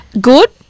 Good